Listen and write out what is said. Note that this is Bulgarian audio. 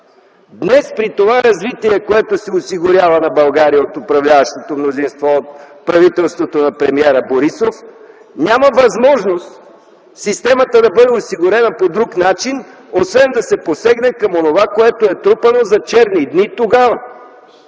Днес при това развитие, което се осигурява на България от управляващото мнозинство, от правителството на премиера Борисов, няма възможност системата да бъде осигурена по друг начин, освен да се посегне към онова, което е трупано за черни дни тогава.